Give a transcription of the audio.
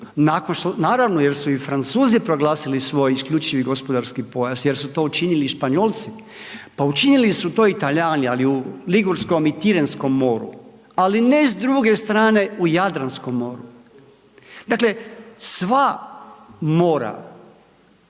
naravno jer su i Francuzi proglasili svoj isključivi gospodarski pojas jer su to učinili i Španjolci, pa učinili su to i Talijani ali u Ligurskom i Tirenskom moru, ali ne s druge strane u Jadranskom moru. Dakle, sva mora